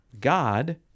God